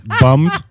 bummed